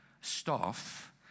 staff